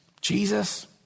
Jesus